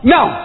Now